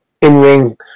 in-ring